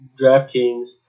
DraftKings